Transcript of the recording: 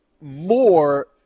more